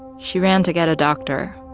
she ran to get a doctor